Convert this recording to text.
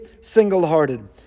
single-hearted